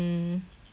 mm